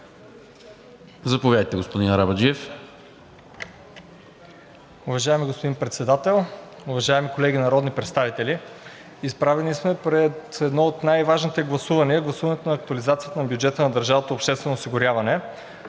Заповядайте, господин Арабаджиев.